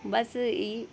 बस ई